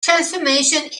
transformations